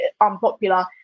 unpopular